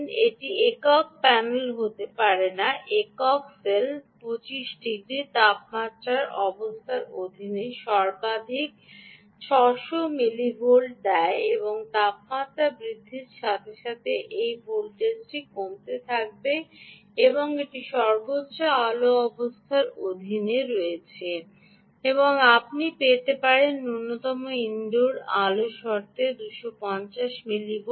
এটি একক প্যানেল হতে পারে না একক সেল 25 ডিগ্রি তাপমাত্রার অবস্থার অধীনে সর্বাধিক 600 মিলিভোল্ট দেয় এবং তাপমাত্রা বৃদ্ধির সাথে সাথে এই ভোল্টেজটি কমতে থাকবে এবং এটি সর্বোচ্চ আলো অবস্থার অধীনে রয়েছে এবং আপনি পেতে পারেন ন্যূনতম ইনডোর আলো শর্তে 250 মিলিভোল্ট